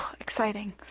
Exciting